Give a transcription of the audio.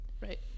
right